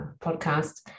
podcast